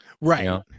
right